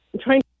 trying